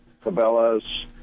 Cabela's